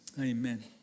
Amen